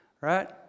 right